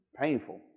painful